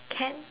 can